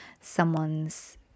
someone's